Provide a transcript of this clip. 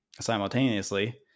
simultaneously